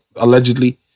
Allegedly